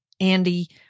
Andy